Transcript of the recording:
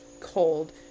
cold